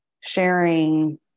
sharing